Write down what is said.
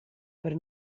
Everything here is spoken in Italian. per